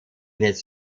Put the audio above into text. his